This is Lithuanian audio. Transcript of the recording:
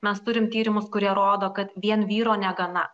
mes turim tyrimus kurie rodo kad vien vyro negana